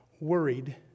worried